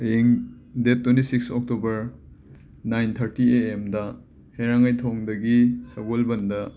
ꯍꯌꯦꯡ date twenty six October nine thirty A ꯑꯦꯝꯗ ꯍꯩꯔꯥꯡꯒꯣꯏ ꯊꯣꯡꯗꯒꯤ ꯁꯒꯣꯜꯕꯟꯗ